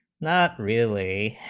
that really